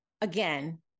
again